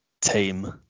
team